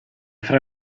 fra